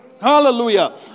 Hallelujah